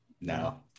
No